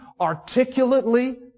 articulately